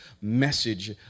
message